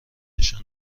نشان